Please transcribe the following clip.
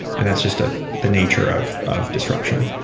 and that's just ah the nature of of disruption.